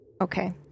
Okay